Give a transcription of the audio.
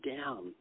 down